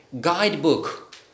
guidebook